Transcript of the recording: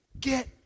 get